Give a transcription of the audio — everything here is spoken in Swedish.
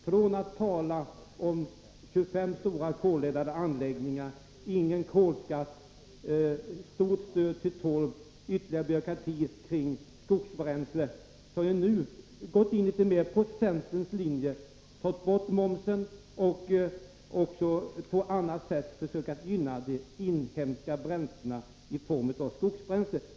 Från att tala om 25 stora koleldade anläggningar, ingen kolskatt, omfattande stöd till torvanvändning och ytterligare byråkrati kring skogsbränsle har ni nu gått in litet mer på centerns linje att ta bort momsen och även på annat sätt försöka gynna de inhemska bränslena i form av skogsbränsle.